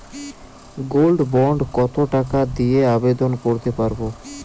Gold bond কত টাকা দিয়ে আবেদন করতে পারবো?